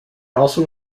also